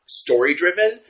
story-driven